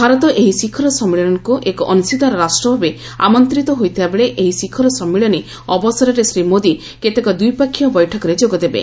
ଭାରତ ଏହି ଶିଖର ସମ୍ମିଳନୀକୁ ଏକ ଅଂଶୀଦାର ରାଷ୍ଟ୍ରଭାବେ ଆମନ୍ତିତ ହୋଇଥିବା ବେଳେ ଏହି ଶିଖର ସମ୍ମିଳନୀ ଅବସରରେ ଶ୍ରୀ ମୋଦି କେତେକ ଦ୍ୱିପାକ୍ଷୀୟ ବୈଠକରେ ଯୋଗଦେବେ